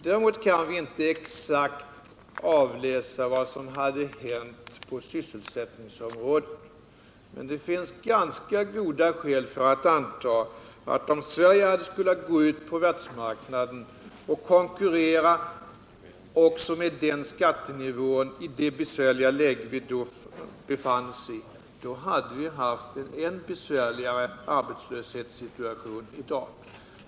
Däremot kan vi inte exakt avläsa vad som hade hänt på sysselsättningsområdet. Men det finns ganska goda skäl för att anta att om Sverige hade gått ut på världsmarknaden och konkurrerat med den högre skattenivån och det besvärliga läge vi då befann oss i, hade vi haft en ännu besvärligare arbetslöshetssituation i dag.